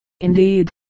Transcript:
indeed